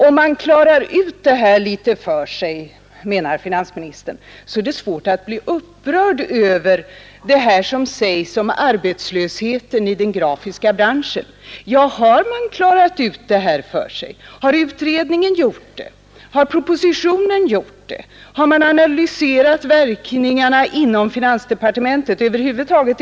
Om man klarar ut det här för sig, menar finansministern, så är det svårt att bli upprörd över vad som sägs om arbetslösheten inom den grafiska branschen. Ja, har man klarat ut det här för sig? Har utredningen gjort det? Har man gjort det i propositionen? Har man inom finansdepartementet analyserat verkningarna?